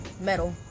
metal